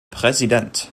präsident